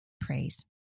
Praise